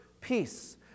peace